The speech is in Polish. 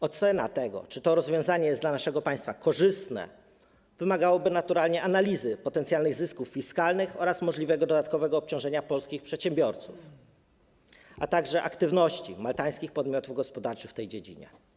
Ocena tego, czy to rozwiązanie jest dla naszego państwa korzystne, wymagałaby naturalnie analizy potencjalnych zysków fiskalnych oraz możliwego dodatkowego obciążenia polskich przedsiębiorców, a także aktywności maltańskich podmiotów gospodarczych w tej dziedzinie.